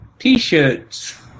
T-shirts